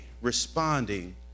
responding